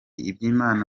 iby’imana